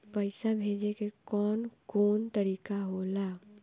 पइसा भेजे के कौन कोन तरीका होला?